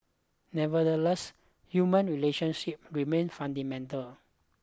nevertheless human relationships remain fundamental